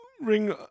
ring